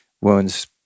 wounds